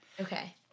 Okay